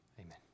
amen